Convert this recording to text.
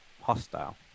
hostile